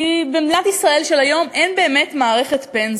כי במדינת ישראל של היום אין באמת מערכת פנסיה.